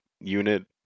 unit